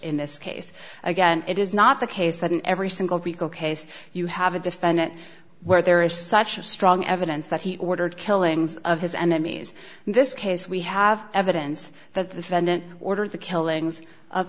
in this case again it is not the case that in every single rico case you have a defendant where there is such a strong evidence that he ordered killings of his enemies in this case we have evidence that the friend ordered the killings